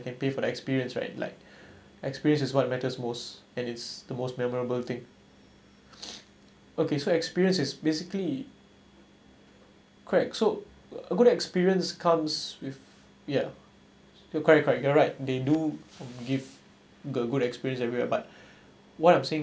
can pay for the experience right like experience is what matters most and it's the most memorable thing okay so experience is basically correct so a good experience comes with ya ya correct correct you're right they do give a good experience everywhere but what I'm saying